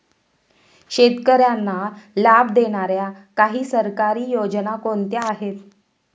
शेतकऱ्यांना लाभ देणाऱ्या काही सरकारी योजना कोणत्या आहेत?